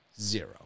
Zero